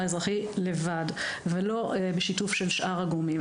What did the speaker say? האזרחי לבד ולא בשיתוף של שאר הגורמים.